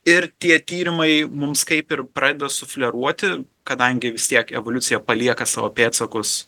ir tie tyrimai mums kaip ir pradeda sufleruoti kadangi vis tiek evoliucija palieka savo pėdsakus